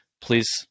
please